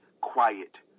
quiet